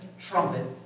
trumpet